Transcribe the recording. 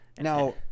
Now